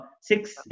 six